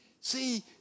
See